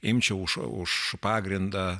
imčiau už už pagrindą